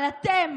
אבל אתם,